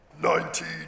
Nineteen